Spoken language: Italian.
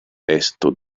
testo